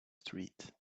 street